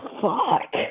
Fuck